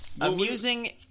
Amusing